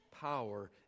power